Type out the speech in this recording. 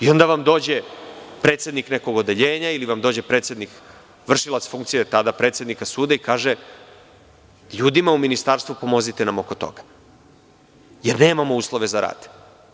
Onda vam dođe predsednik nekog odeljenja ili vršilac funkcije tada predsednika suda i kaže ljudima u ministarstvu – pomozite nam oko toga, jer nemamo uslove za rad.